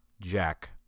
Jack